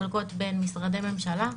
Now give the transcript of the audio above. שמתחלקות בין משרדי ממשלה,